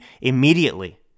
immediately